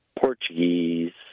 Portuguese